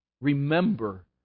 Remember